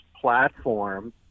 platform